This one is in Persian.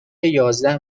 یازده